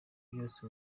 byose